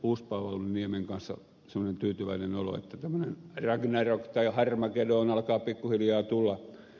uuspaavalniemen kanssa semmoinen tyytyväinen olo että tämmöinen ragnarock ja harmagedon alkaa pikkuhiljaa tulla